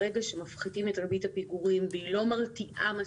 ברגע שמפחיתים את ריבית הפיגורים והיא לא מרתיעה מספיק,